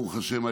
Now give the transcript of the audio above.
ברוך השם,